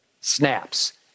snaps